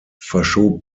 verschob